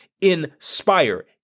Inspire